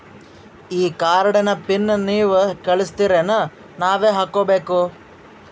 ಈ ಕಾರ್ಡ್ ನ ಪಿನ್ ನೀವ ಕಳಸ್ತಿರೇನ ನಾವಾ ಹಾಕ್ಕೊ ಬೇಕು?